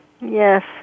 Yes